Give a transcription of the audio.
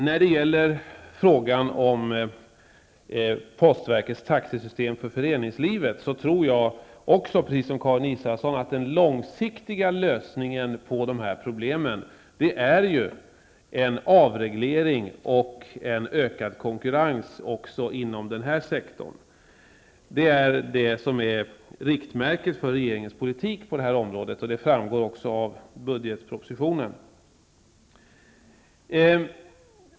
När det gäller frågan om postverkets taxesystem för föreningslivet tror jag, precis som Karin Israelsson, att den långsiktiga lösningen på dessa problem är en avreglering och en ökad konkurrens också inom denna sektor. Det är det som är riktmärket för regeringens politik på detta område. Det framgår också av budgetpropositionen.